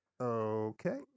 okay